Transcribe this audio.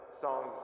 songs